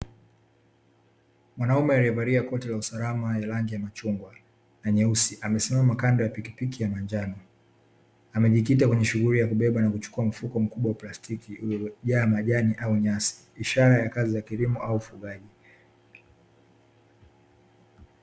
Mwanaume aliyevalia koti la usalama lenye rangi ya machungwa na nyeusi, amesimama kando ya pikipiki ya manjano. Amejikita kwenye shughuli ya kubeba na kuchukua mfuko mkubwa wa plastiki uliojaa majani au nyasi, ishara ya kazi za kilimo au ufugaji.